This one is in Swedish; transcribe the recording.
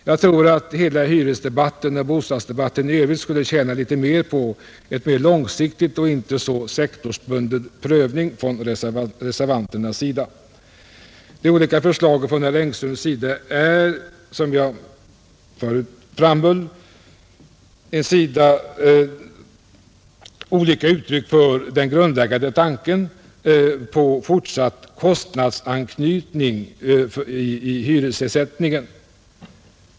Jag tror att hela hyresdebatten och bostadsdebatten i övrigt skulle tjäna på en mer långsiktig och inte så sektorbunden prövning från reservanternas sida. De skilda förslagen av herr Engström är, som jag förut framhöll, olika uttryck för den grundläggande tanken på fortsatt kostnadsanknytning i hyressättningen.